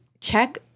check